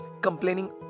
complaining